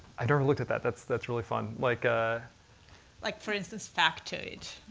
i never looked at that. that's that's really fun. like. ah like for instance, factoid,